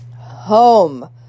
home